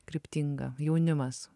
kryptingą jaunimas